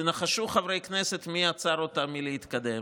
תנחשו, חברי הכנסת, מי עצר אותה מלהתקדם?